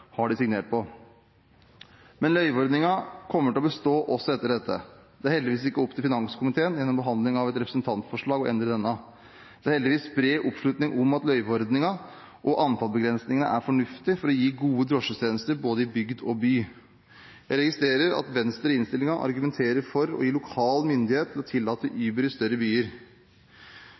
har de signert på. Men løyveordningen kommer til å bestå, også etter dette. Det er heldigvis ikke opp til finanskomiteen gjennom behandling av et representantforslag å endre denne, og det er heldigvis bred oppslutning om at løyveordningen og antallsbegrensningen er fornuftig for å gi gode drosjetjenester i både bygd og by. Jeg registrerer at Venstre i innstillingen argumenterer for å gi lokal myndighet til å tillate Uber i større byer.